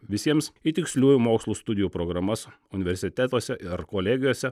visiems į tiksliųjų mokslų studijų programas universitetuose ir kolegijose